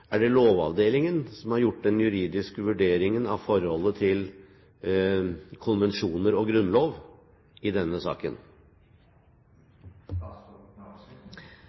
Er det Lovavdelingen som har gjort den juridiske vurderingen av forholdet til konvensjoner og grunnlov i denne saken?